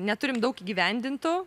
neturim daug įgyvendintų